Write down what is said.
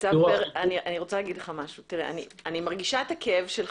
אני מרגישה את הכאב שלך,